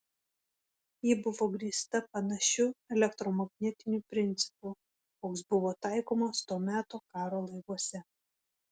ji buvo grįsta panašiu elektromagnetiniu principu koks buvo taikomas to meto karo laivuose